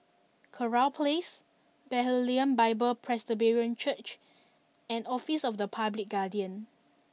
Kurau Place Bethlehem Bible Presbyterian Church and Office of the Public Guardian